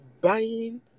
buying